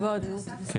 כן.